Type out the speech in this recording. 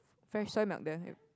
fresh soymilk there